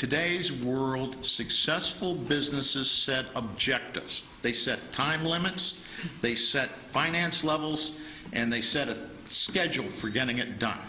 today's world successful businesses set objectives they set time limits they set finance levels and they set a schedule for getting it done